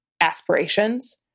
aspirations